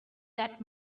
that